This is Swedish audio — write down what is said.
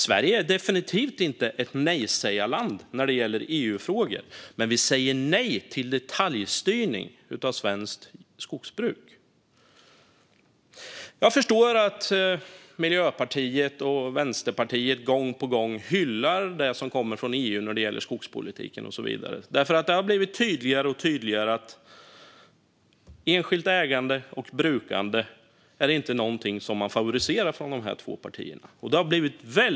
Sverige är definitivt inte ett nejsägarland när det gäller EU-frågor, men vi säger nej till detaljstyrning av svenskt skogsbruk. Jag förstår att Miljöpartiet och Vänsterpartiet hyllar det som kommer från EU när det gäller skogspolitiken och så vidare, för det har blivit allt tydligare att enskilt ägande och brukande inte är någonting som dessa två partier favoriserar.